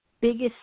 biggest